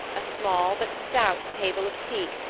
a small but stout table of teak,